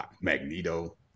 Magneto